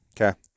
Okay